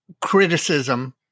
criticism